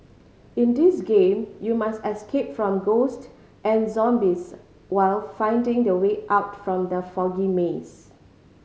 in this game you must escape from ghost and zombies while finding the way out from the foggy maze